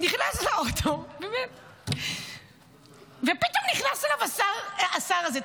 נכנס לאוטו, ופתאום נכנס אליו השר הזה.